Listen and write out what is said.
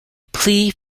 plea